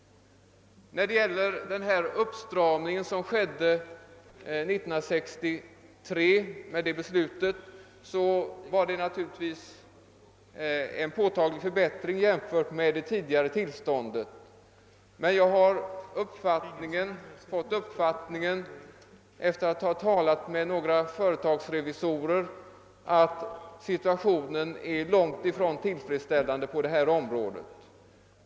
Den åtstramning som skedde på grund av beslutet 1963 innebar naturligtvis en påtaglig förbättring jämfört med det tidigare tillståndet. Men jag har fått den uppfattningen, efter att ha talat med några företagsrevisorer, att situationen är långtifrån tillfredsställande på detta område.